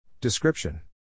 Description